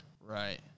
right